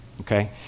Okay